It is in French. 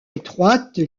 étroite